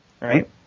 Right